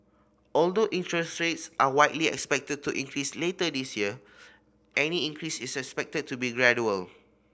although interest rates are widely expected to increase later this year any increase is expected to be gradual